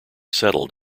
settled